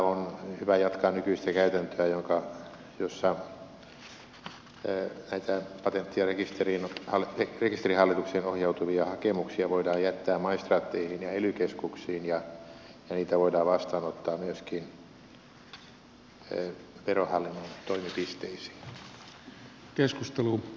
on hyvä jatkaa nykyistä käytäntöä jossa näitä patentti ja rekisterihallitukseen ohjautuvia hakemuksia voidaan jättää maistraatteihin ja ely keskuksiin ja niitä voidaan vastaanottaa myöskin verohallinnon toimipisteissä